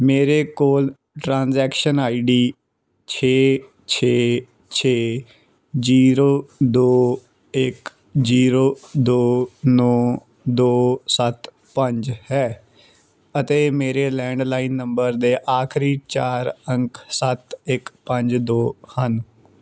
ਮੇਰੇ ਕੋਲ transaction ID ਛੇ ਛੇ ਛੇ ਜ਼ੀਰੋ ਦੋ ਇੱਕ ਜ਼ੀਰੋ ਦੋ ਨੌਂ ਦੋ ਸੱਤ ਪੰਜ ਹੈ ਅਤੇ ਮੇਰੇ ਲੈਂਡਲਾਈਨ ਨੰਬਰ ਦੇ ਆਖਰੀ ਚਾਰ ਅੰਕ ਸੱਤ ਇੱਕ ਪੰਜ ਦੋ ਹਨ